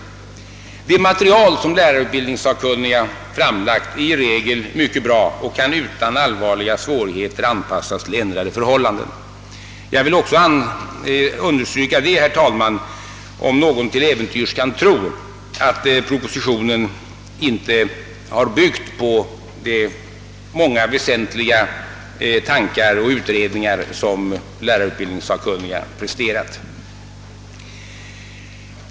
Det material som lärarutbildningssakkunniga framlagt är i regel mycket bra och kan utan allvarliga svårigheter anpassas till ändrade förhållanden. Jag vill understryka detta, herr talman, om någon till äventyrs tror att propositionen inte har byggt på de många väsentliga tankar och utredningar som lärarutbildningssakkunniga presterat.